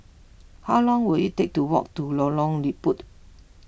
how long will it take to walk to Lorong Liput